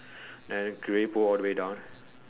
then grey pole all the way down